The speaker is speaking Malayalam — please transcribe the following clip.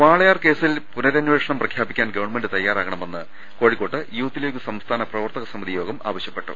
വാളയാർ കേസിൽ പുനരന്വേഷണം പ്രഖ്യാപിക്കാൻ ഗവൺമെന്റ തയാറാകണമെന്ന് കോഴിക്കോട്ട് യൂത്ത് ലീഗ് സംസ്ഥാന പ്രവർത്തക സമിതി യോഗം ആവശ്യപ്പെട്ടു